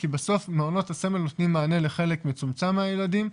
כי בסוף מעונות הסמל נותנים מענה לחלק מצומצם מהילדים.